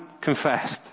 confessed